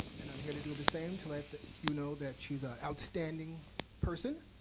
and i'm here to do the same, to let you know that she's a outstanding person.